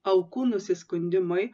aukų nusiskundimai